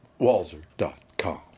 Walzer.com